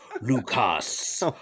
lucas